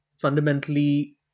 fundamentally